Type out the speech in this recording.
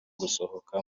gusohoka